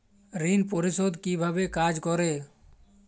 ঋণ পরিশোধ কিভাবে কাজ করে?